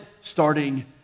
starting